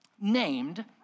named